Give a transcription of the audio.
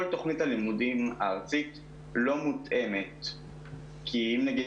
כל תוכנית הלימודים הארצית לא מותאמת כי אם נגיד